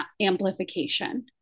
amplification